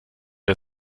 wir